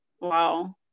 Wow